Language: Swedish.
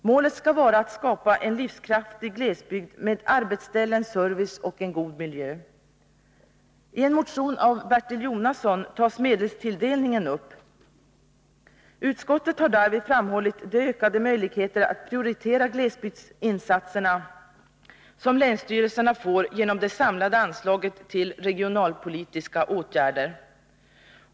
Målet skall vara att skapa en livskraftig glesbygd med arbetsställen, service och en god miljö. I en motion av Bertil Jonasson tas medelstilldelningen upp. Utskottet har därvid framhållit de ökade möjligheter att prioritera glesbygdsinsatserna som länsstyrelserna får genom det samlade anslaget till regionalpolitiska åtgärder.